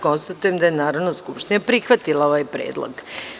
Konstatujem da je Narodna skupština prihvatila ovaj predlog.